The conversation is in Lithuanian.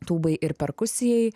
tūbai ir perkusijai